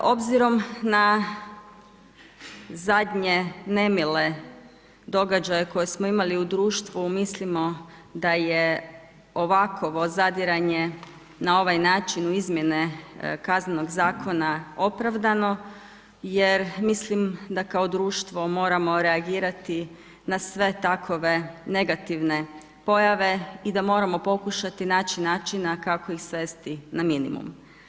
Obzirom na zadnje nemile događaje koje smo imali u društvu, mislimo da je ovakvo zadiranje na ovaj način u izmjena kaznenog zakona opravdano jer mislim da kao društvo moramo reagirati na sve takve negativne pojave i da moramo pokušati naći načina kako ih svesti na minimum.